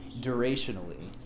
durationally